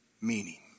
meaning